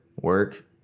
work